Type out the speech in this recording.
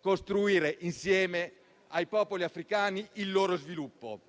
costruire insieme ai popoli africani il loro sviluppo.